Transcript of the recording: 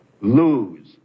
lose